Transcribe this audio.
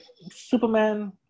Superman